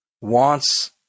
wants